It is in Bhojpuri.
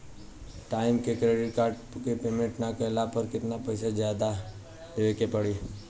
टाइम से क्रेडिट कार्ड के पेमेंट ना कैला पर केतना पईसा जादे देवे के पड़ी?